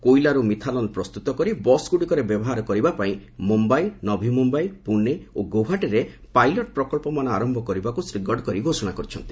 କୋଇଲାରୁ methanol ପ୍ରସ୍ତୁତ କରି ବସ୍ଗୁଡ଼ିକରେ ବ୍ୟବହାର କରିବା ପାଇଁ ମୁମ୍ୟାଇ ନଭି ମୁମ୍ୟାଇ ପୁଣେ ଓ ଗୌହାଟିରେ ପାଇଲଟ ପ୍ରକଳ୍ପମାନ ଆରମ୍ଭ କରିବାକୁ ଶ୍ରୀ ଗଡ଼କରୀ ଘୋଷଣା କରିଛନ୍ତି